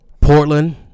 Portland